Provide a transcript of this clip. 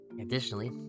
Additionally